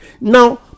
Now